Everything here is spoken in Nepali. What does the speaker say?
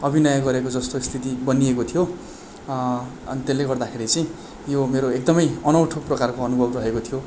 अभिनय गरेको जस्तो स्थिति बनिएको थियो अनि त्यसले गर्दाखेरि चाहिँ यो मेरो एकदम अनौठो प्रकारको अनुभव रहेको थियो